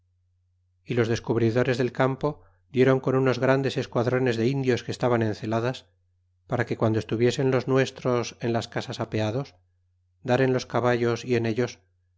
y los descubridores del campo dieron con unos grandes esquadrones de indios que estaban en celadas para que guando estuviesen los nuestros en las casas apeados dar en los caballos y en ellos